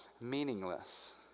meaningless